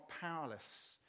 powerless